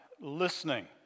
listening